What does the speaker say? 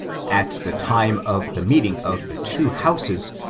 at the time of the meeting of the two houses,